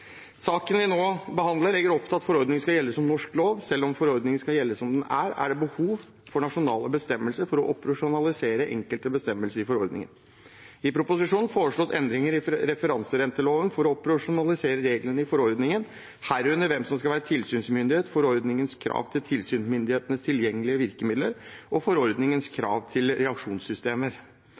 vi nå behandler, legger opp til at forordningen skal gjelde som norsk lov. Selv om forordningen skal gjelde som den er, er det behov for nasjonale bestemmelser for å operasjonalisere enkelte bestemmelser i forordningen. I proposisjonen foreslås endringer i referanserenteloven for å operasjonalisere reglene i forordningen, herunder hvem som skal være tilsynsmyndighet, forordningens krav til tilsynsmyndighetenes tilgjengelige virkemidler og forordningens krav til reaksjonssystemer.